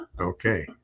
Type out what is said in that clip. Okay